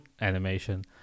animation